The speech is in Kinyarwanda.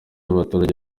abaturage